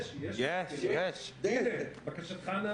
בבקשה, יואב סגלוביץ'.